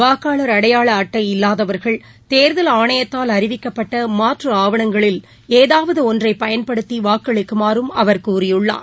வாக்காளர் அடையாள அட்டை இல்லாதவர்கள் தேர்தல் ஆணையத்தால் அறிவிக்கப்பட்ட மாற்று ஆவணங்களில் ஏதாவது ஒன்றை பயன்படுத்தி வாக்களிக்குமாறும் அவர் கூறியுள்ளார்